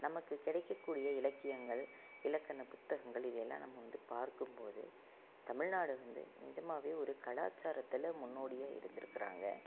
நமக்கு கிடைக்கக்கூடிய இலக்கியங்கள் இலக்கண புத்தகங்கள் இதையெல்லாம் நம்ம வந்து பார்க்கும்போது தமிழ்நாடு வந்து நிஜமாகவே ஒரு கலாச்சாரத்தில் முன்னோடியாக இருந்திருக்கறாங்க